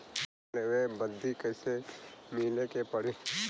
Loan लेवे बदी कैसे मिले के पड़ी?